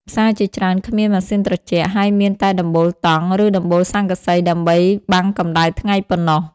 ផ្សារជាច្រើនគ្មានម៉ាស៊ីនត្រជាក់ ហើយមានតែដំបូលតង់ ឬដំបូលស័ង្កសីដើម្បីបាំងកម្ដៅថ្ងៃប៉ុណ្ណោះ។